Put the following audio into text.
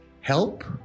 Help